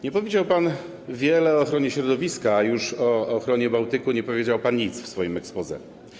Nie powiedział pan wiele o ochronie środowiska, a już o ochronie Bałtyku nie powiedział pan nic w swoim exposé.